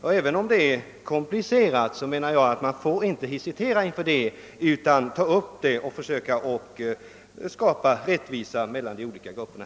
Och även om problemet är komplicerat, så får man inte hesitera inför det, utan man måste försöka skapa rättvisa mellan de olika grupperna.